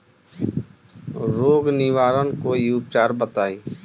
रोग निवारन कोई उपचार बताई?